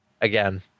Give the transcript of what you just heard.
Again